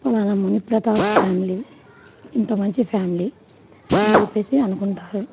పలానా ముని ప్రతాప్ ఫ్యామిలీ ఇంత మంచి ఫ్యామిలీ అని చెప్పేసి అనుకుంటారు